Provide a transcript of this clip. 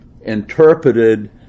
interpreted